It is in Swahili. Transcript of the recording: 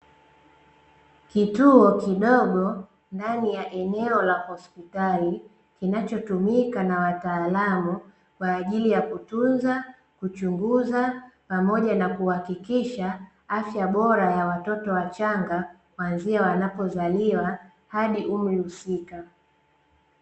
Kituo kidogo ndani ya eneo la hospitali kinachotumika na wataalamu kwaajili ya kutibu, kuchunguza, pamoja na kuhakikisha afya bora ya watoto wachanga, kwanzia wanapozaliwa umri husika.